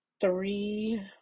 three